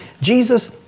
Jesus